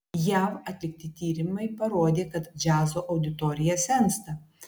jav atlikti tyrimai parodė kad džiazo auditorija sensta